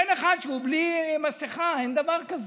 אין אחד שהוא בלי מסכה, אין דבר כזה.